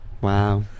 Wow